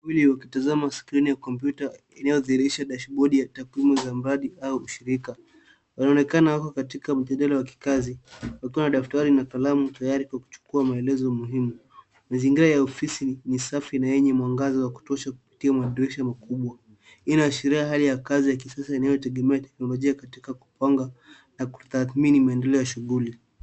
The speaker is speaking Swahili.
Watu wawili wakitazama skrini ya kompyuta inayodhihirisha dashibodi ya takwimu za mradi au ushirika. Wanaonekana wako katika mjadala wa kikazi wakiwa na daftari na kalamu tayari kwa kuchukua maelezo muhimu. Mazingira ya ofisi ni safi na yenye mwangaza wa kutosha kupitia madirisha makubwa. Hii inaashiria hali ya kazi ya kisasa inayotegemea teknolojia katika kupanga na kutathmini maendeleo ya shughuli.